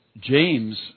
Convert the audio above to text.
James